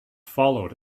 followed